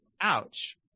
Ouch